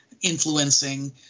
influencing